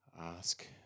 ask